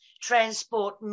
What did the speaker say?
transport